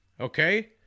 okay